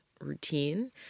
routine